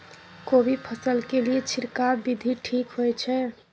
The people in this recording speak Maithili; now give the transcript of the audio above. कोबी फसल के लिए छिरकाव विधी ठीक होय छै?